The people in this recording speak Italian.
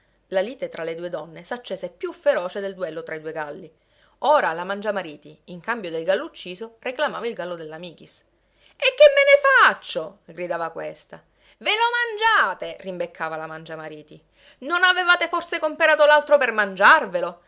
la lite tra le due donne s'accese più feroce del duello tra i due galli ora la mangiamariti in cambio del gallo ucciso reclamava il gallo della michis e che me ne faccio gridava questa ve lo mangiate rimbeccava la mangiamariti non avevate forse comperato l'altro per mangiarvelo